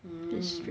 hmm